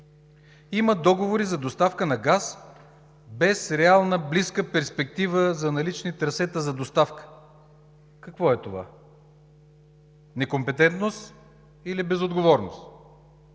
Има договори за доставка на газ без реална близка перспектива за налични трасета на доставка. Какво е това – некомпетентност или безотговорност?